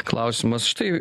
klausimas štai